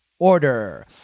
Order